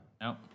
no